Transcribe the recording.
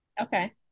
Okay